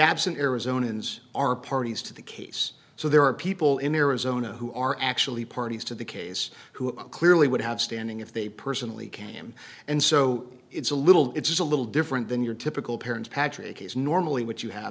absent arizona ins are parties to the case so there are people in arizona who are actually parties to the case who clearly would have standing if they personally cam and so it's a little it's a little different than your typical parents patrick is normally what you have